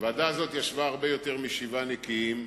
הוועדה הזאת ישבה הרבה יותר משבעה נקיים,